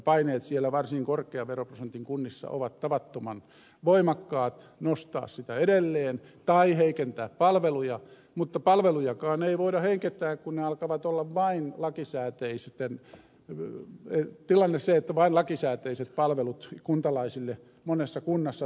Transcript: paineet siellä varsin korkean veroprosentin kunnissa ovat tavattoman voimakkaat nostaa sitä edelleen tai heikentää palveluja mutta palvelujakaan ei voida heikentää kun tilanne alkaa olla se että vain lakisääteiset palvelut kuntalaisille monessa kunnassa tuotetaan